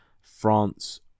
France